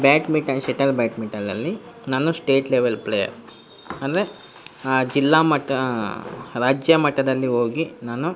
badminton shuttle ಬ್ಯಾಟ್ಮಿಟನಲ್ಲಿ ನಾನು state level player ಅಂದರೆ ಜಿಲ್ಲ ಮಟ್ಟ ರಾಜ್ಯ ಮಟ್ಟದಲ್ಲಿ ಹೋಗಿ ನಾನು